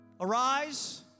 Arise